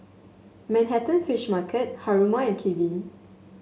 Manhattan Fish Market Haruma and Kiwi